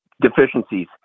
deficiencies